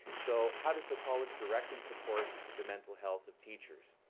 so how does the college directly support the mental health of teachers?